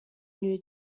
new